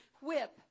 whip